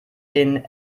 den